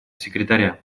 секретаря